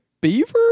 beaver